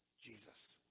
Jesus